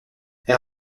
elle